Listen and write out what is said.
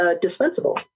dispensable